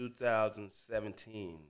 2017